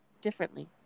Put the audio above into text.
differently